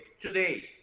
today